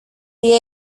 the